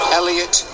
Elliot